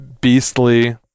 beastly